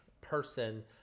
person